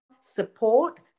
support